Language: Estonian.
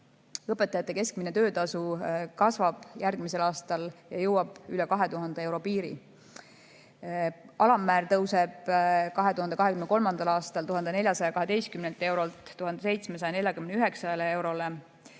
Õpetajate keskmine töötasu kasvab järgmisel aastal ja jõuab üle 2000 euro piiri. Alammäär tõuseb 2023. aastal 1412 eurolt 1749 eurole.